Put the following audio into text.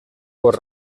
por